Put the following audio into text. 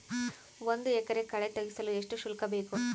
ಒಂದು ಎಕರೆ ಕಳೆ ತೆಗೆಸಲು ಎಷ್ಟು ಶುಲ್ಕ ಬೇಕು?